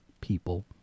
people